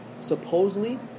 supposedly